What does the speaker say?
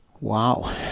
Wow